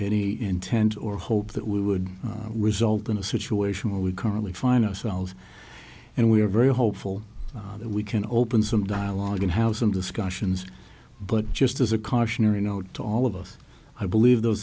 any intent or hope that we would result in a situation where we currently find ourselves and we are very hopeful that we can open some dialogue in house and discussions but just as a cautionary note to all of us i believe those